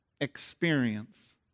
experience